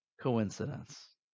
coincidence